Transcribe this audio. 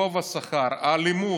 גובה השכר, האלימות,